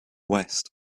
west